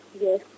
yes